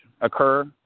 occur